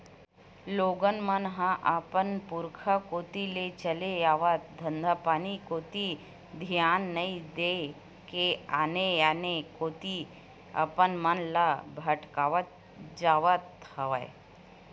लोगन मन ह अपन पुरुखा कोती ले चले आवत धंधापानी कोती धियान नइ देय के आने आने कोती अपन मन ल भटकावत जावत हवय